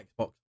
Xbox